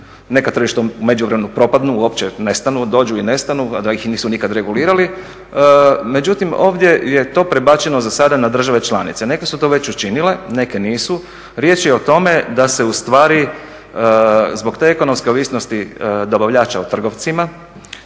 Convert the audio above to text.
Neka tržišta u međuvremenu propadnu, uopće nestanu, dođu i nestanu a da ih nisu nikada regulirali međutim ovdje je to prebačeno za sada na države članice. Neke su to već učinile, neke nisu. Riječ je o tome da se ustvari zbog te ekonomske ovisnosti dobavljača … trgovcima